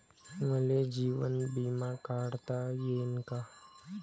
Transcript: मले जीवन बिमा काढता येईन का?